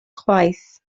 chwaith